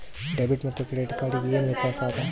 Debit ಮತ್ತ credit card ಗೆ ಏನ ವ್ಯತ್ಯಾಸ ಆದ?